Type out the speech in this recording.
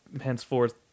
henceforth